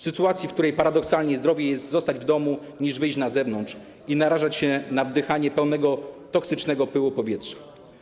Sytuacji, w której paradoksalnie zdrowiej jest zostać w domu, niż wyjść na zewnątrz i narażać się na wdychanie pełnego toksycznego pyłu powietrza.